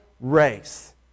race